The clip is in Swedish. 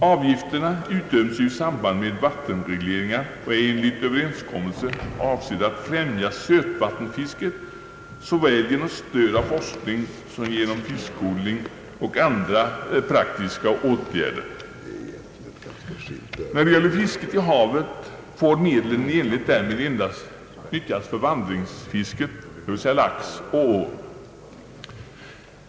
Avgifterna utdöms ju i samband med vattenregleringar och är enligt överenskommelse avsedda att främja sötvattensfisket såväl genom stöd av forskning som genom fiskodling och andra praktiska åtgär der. När det gäller fisket i havet får medlen i enlighet därmed endast nyttjas för vandringsfisken, dvs. lax och ål.